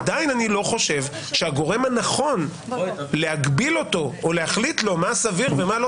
עדיין אני לא חושב שהגורם הנכון להגביל או להחליט לו מה סביר ומה לא